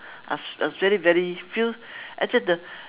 I was I was very very feel actually the